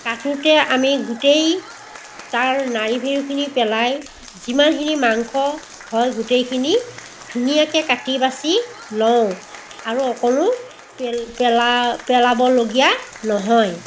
কাটোঁতে আমি গোটেই তাৰ নাড়ী ভেৰুখিনি পেলাই যিমানখিনি মাংস হয় গোটেইখিনি ধুনীয়াকৈ কাটি বাছি লওঁ আৰু অকণো পেল পেলা পেলাবলগীয়া নহয়